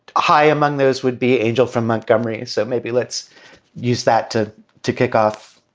high among those would be angel from montgomery. so maybe let's use that to to kick off